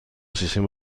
sistema